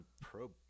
probe